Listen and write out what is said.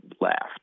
laughed